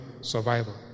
survival